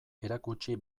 erakutsi